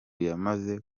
yamaze